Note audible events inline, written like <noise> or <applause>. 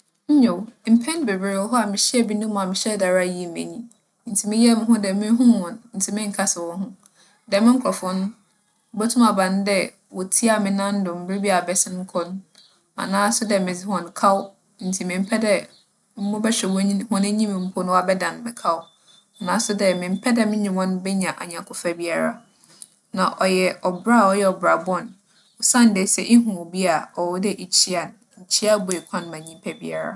Nyew, mpɛn beberee wͻ hͻ a mihyiaa binom a mehyɛɛ da yii m'enyi ntsi meyɛɛ moho dɛ munnhun hͻn ntsi mennkasa hͻnho. Dɛm nkorͻfo no, <noise> obotum aba no dɛ wotsiaa me nan do mber bi abɛsen kͻ no, <noise> anaaso dɛ medze hͻn kaw <noise> ntsi memmpɛ dɛ <noise> mobͻhwɛ n'e - hͻn enyim mpo na wͻaabɛdan me kaw. Anaaso dɛ memmpɛ dɛ menye hɛn benya anyɛnkofa biara. Na ͻyɛ ͻbra a ͻyɛ ͻbra bͻn osiandɛ sɛ ihu obi a, ͻwͻ dɛ ikyia no. Nkyia bue kwan ma nyimpa dasanyi biara.